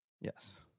Yes